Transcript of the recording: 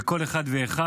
בכל אחד ואחד.